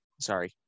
Sorry